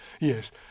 Yes